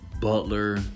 Butler